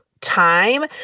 time